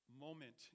moment